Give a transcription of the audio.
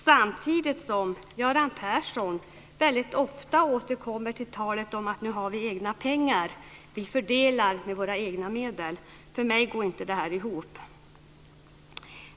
Samtidigt återkommer Göran Persson ofta till talet om att man nu har egna pengar, att man fördelar med sina egna medel. För mig går inte det här ihop.